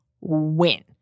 win